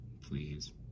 Please